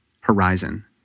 horizon